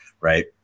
Right